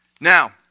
Now